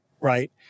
Right